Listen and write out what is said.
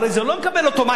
הרי הוא לא מקבל אוטומטית.